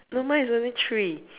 no mine is only three